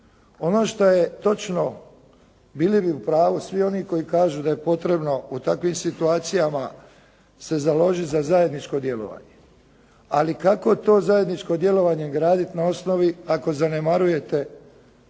Ono što je točno, bili bi u pravu da svi oni koji kažu da je potrebno u takvim situacijama se založiti za zajedničko djelovanje. Ali kako to zajedničko djelovanje graditi na osnovi ako zanemarujete